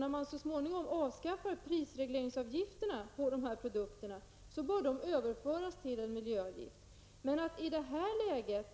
När man så småningom avskaffar prisregleringsavgifterna på dessa produkter, bör de överföras till en miljöavgift. Om man i detta läge